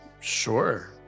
sure